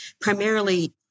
primarily